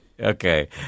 Okay